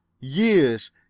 Years